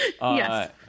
yes